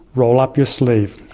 roll up your sleeve.